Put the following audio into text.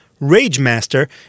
RageMaster